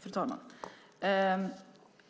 Fru talman!